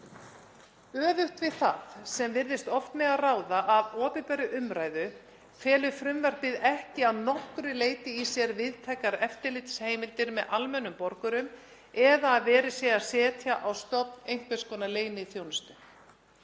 Öfugt við það sem virðist oft mega ráða af opinberri umræðu felur frumvarpið ekki að nokkru leyti í sér víðtækar eftirlitsheimildir með almennum borgurum eða að verið sé að setja á stofn einhvers konar leyniþjónustu.